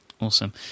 Awesome